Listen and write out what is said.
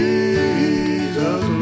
Jesus